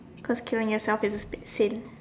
cause killing yourself is a sin